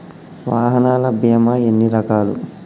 వాహనాల బీమా ఎన్ని రకాలు?